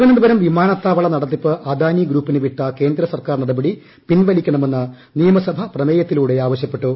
തിരുവനന്തപുരം വിമാനത്താവള നടത്തിപ്പ് അദ്യനി ധഗൂപ്പിന് വിട്ട കേന്ദ്രസർക്കാർ നടപടി പിൻവലിക്കണമെന്ന് ് നിയമസഭ പ്രമേയത്തിലൂടെ ആവശ്യപ്പെട്ടു